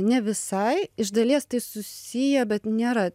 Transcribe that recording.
ne visai iš dalies tai susiję bet nėra